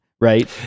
right